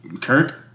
Kirk